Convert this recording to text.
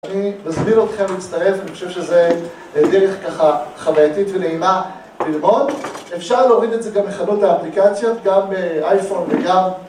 אני מזמין אתכם להצטרף, אני חושב שזה דרך ככה חווייתית ונעימה ללמוד אפשר להוריד את זה גם מחנות האפליקציות, גם באייפון וגם...